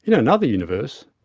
you know another universe,